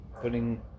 putting